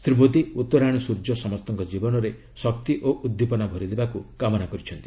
ଶ୍ରୀ ମୋଦି ଉତ୍ତରାୟଣ ସୂର୍ଯ୍ୟ ସମସ୍ତଙ୍କ ଜୀବନରେ ଶକ୍ତି ଓ ଉଦ୍ଦୀପନା ଭରିଦେବାକୁ କାମନା କରିଛନ୍ତି